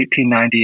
1898